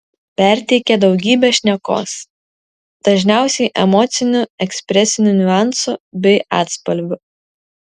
perteikia daugybę šnekos dažniausiai emocinių ekspresinių niuansų bei atspalvių